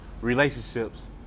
relationships